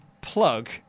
plug